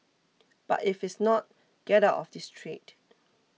but if it's not get out of this trade